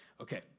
Okay